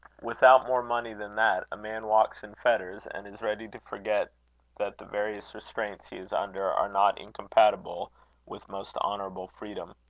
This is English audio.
without more money than that a man walks in fetters, and is ready to forget that the various restraints he is under are not incompatible with most honourable freedom.